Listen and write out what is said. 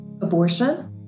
abortion